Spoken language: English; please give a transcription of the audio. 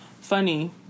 Funny